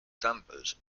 dampers